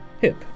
Hip